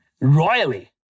Royally